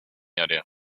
idea